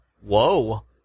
Whoa